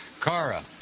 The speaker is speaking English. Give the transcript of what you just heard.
Kara